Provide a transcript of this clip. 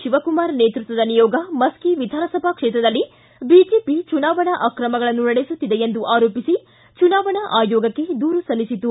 ಶಿವಕುಮಾರ್ ನೇತೃತ್ವದ ನಿಯೋಗ ಮಸ್ಕಿ ವಿಧಾನಸಭಾ ಕ್ಷೇತ್ರದಲ್ಲಿ ಬಿಜೆಪಿ ಚುನಾವಣಾ ಅಕ್ರಮಗಳನ್ನು ನಡೆಸುತ್ತಿದೆ ಎಂದು ಆರೋಪಿಸಿ ಚುನಾವಣಾ ಆಯೋಗಕ್ಕೆ ದೂರು ಸಲ್ಲಿಸಿತು